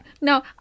No